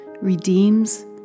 redeems